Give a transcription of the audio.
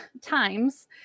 times